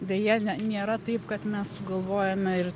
deja ne nėra taip kad mes sugalvojome ir